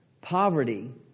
poverty